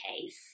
case